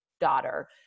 daughter